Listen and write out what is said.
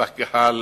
והקהל